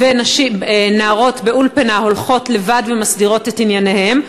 ונערות האולפנה הולכות לבד ומסדירות את ענייניהן,